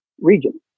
region